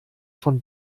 von